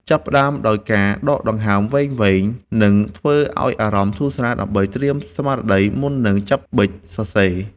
ចាប់ផ្ដើមដោយការដកដង្ហើមវែងៗ និងធ្វើឱ្យអារម្មណ៍ធូរស្រាល ដើម្បីត្រៀមស្មារតីមុននឹងចាប់ប៊ិចសរសេរ។